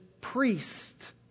priest